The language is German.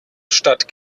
statt